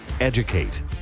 Educate